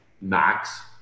max